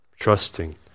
Trusting